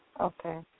Okay